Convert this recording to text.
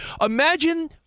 Imagine